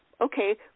okay